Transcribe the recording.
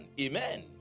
amen